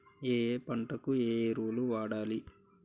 ఏయే పంటకు ఏ ఎరువులు వాడాలి?